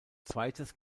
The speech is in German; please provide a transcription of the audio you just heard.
zweites